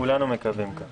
כולנו מקווים כך.